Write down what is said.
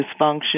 dysfunction